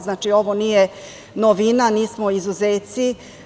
Znači, ovo nije novina, nismo izuzeci.